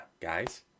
guys